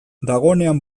dagoenean